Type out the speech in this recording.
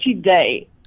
day